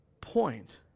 point